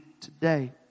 today